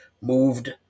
moved